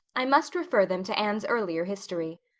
i must refer them to anne's earlier history.